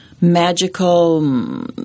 magical